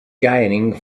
gaining